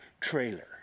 trailer